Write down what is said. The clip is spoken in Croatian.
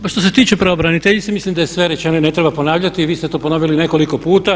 Pa što se tiče pravobraniteljice mislim da je sve rečeno i ne treba ponavljati, vi ste to ponovili nekoliko puta.